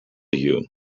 you